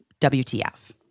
WTF